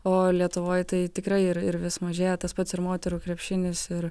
o lietuvoj tai tikrai ir ir vis mažėja tas pats ir moterų krepšinis ir